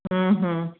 हम्म